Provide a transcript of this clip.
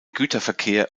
güterverkehr